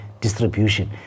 distribution